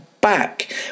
back